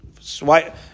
swipe